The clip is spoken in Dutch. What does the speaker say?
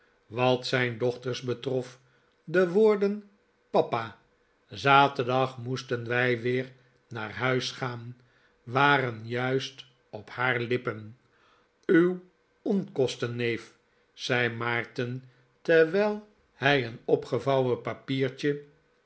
wat zijn dochters betrof de woorden papa zaterdag moesten wij weer naar huis gaan waren juist op haar lippen uw onkosten neef zei maarten terwijl hij een opgevouwen papiertje